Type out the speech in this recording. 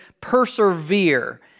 persevere